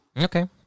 Okay